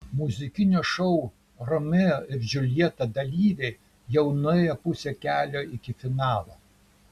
muzikinio šou romeo ir džiuljeta dalyviai jau nuėjo pusę kelio iki finalo